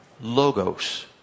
logos